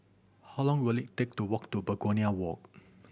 how long will it take to walk to Begonia Walk